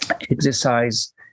exercise